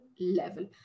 level